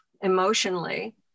emotionally